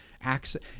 access